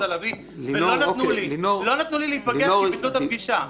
לביא ולא נתנו לי להיפגש כי ביטלו את הפגישה.